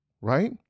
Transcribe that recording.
right